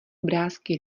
obrázky